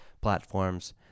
platforms